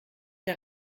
der